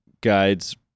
guides